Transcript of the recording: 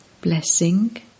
Blessing